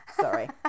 Sorry